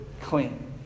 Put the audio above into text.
clean